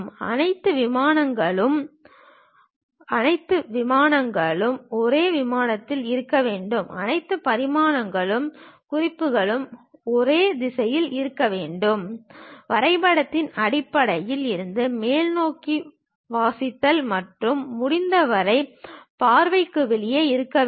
அனைத்து பரிமாணங்களும் குறிப்புகளும் ஒரே திசையில் இருக்க வேண்டும் வரைபடத்தின் அடிப்பகுதியில் இருந்து மேல்நோக்கி வாசித்தல் மற்றும் முடிந்தவரை பார்வைக்கு வெளியே இருக்க வேண்டும்